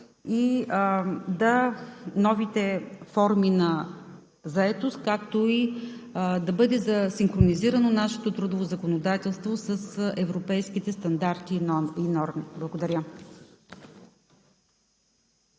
и новите форми на заетост, както и да бъде синхронизирано нашето трудово законодателство с европейските стандарти и норми. Благодаря.